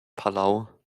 palau